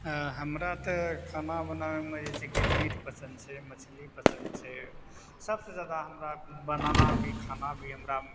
हमरा तऽ खाना बनाबयमे जे छै कि मीट पसन्द छै मछली पसन्द छै सबसँ जादा हमरा बनाना भी खाना भी हमरा